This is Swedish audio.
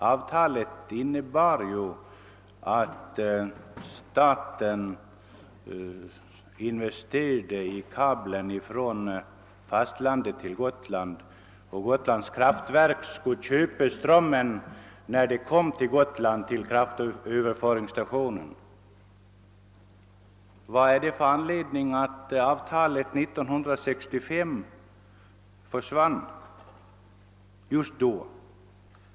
Avtalet innebar att staten skulle investera i kabeln från fastlandet till Gotland och att Gotlands kraftverk skulle köpa strömmen där den kom till kraftöverföringsstationen på Gotland. Vad är anledningen till att avtalet upphörde att gälla just 1965?